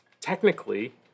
technically